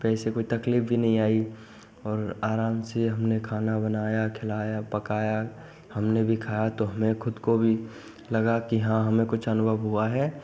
कहीं से कोई तकलीफ भी नहीं आई और आराम से हमने खाना बनाया खाना खिलाया पकाया हमने भी खाया तो हमें खुद को भी लगा कि हाँ हमें कुछ अनुभव हुआ है